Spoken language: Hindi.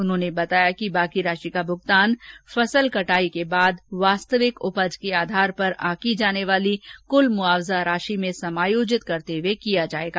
उन्होंने बताया कि शेष राशि का भुगतान फसल कटाई के बाद वास्तविक उपज के आधार पर आंकी जाने वाली कुल मुआवजा राशि में समायोजित करते हुए किया जाएगा